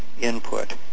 input